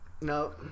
No